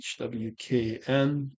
HWKN